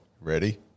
ready